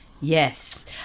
Yes